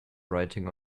writing